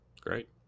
Great